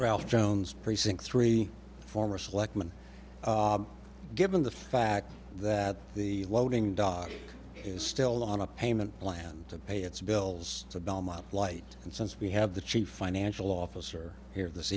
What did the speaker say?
ralph jones precinct three former selectman given the fact that the loading dock is still on a payment plan to pay its bills to belmont light and since we have the chief financial officer here this